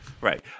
Right